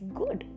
good